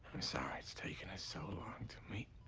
sorry it's taken us so long to meet.